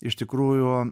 iš tikrųjų